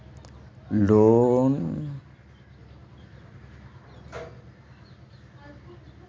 Loan लुबार केते कुन कुन कागज लागोहो होबे?